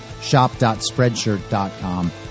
shop.spreadshirt.com